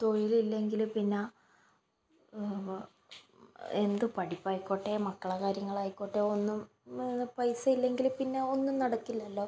തൊഴിലില്ലെങ്കിൽ പിന്നെ എന്ത് പഠിപ്പായിക്കോട്ടെ മക്കളെ കാര്യങ്ങളായിക്കോട്ടെ ഒന്നും പൈസ ഇല്ലെങ്കിൽ പിന്നെ ഒന്നും നടക്കില്ലല്ലോ